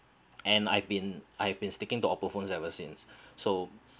and I've been I've been sticking the Oppo phone ever since so